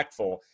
impactful